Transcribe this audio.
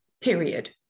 Period